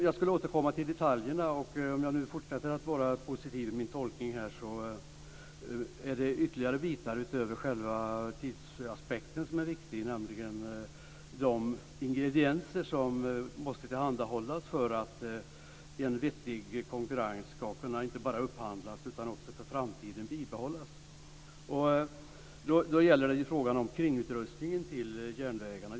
Jag skulle återkomma till detaljerna. Jag fortsätter att vara positiv i min tolkning. Det finns ytterligare bitar utöver själva tidsaspekten som är viktiga, nämligen de ingredienser som måste tillhandahållas för att en vettig konkurrens inte bara skall kunna skapas utan också kunna bibehållas i framtiden. Det handlar om kringutrustningen när det gäller järnvägarna.